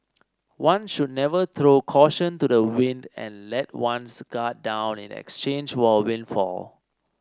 one should never throw caution to the wind and let one's guard down in exchange for a windfall